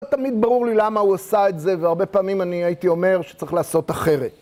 לא תמיד ברור לי למה הוא עשה את זה, והרבה פעמים אני הייתי אומר שצריך לעשות אחרת.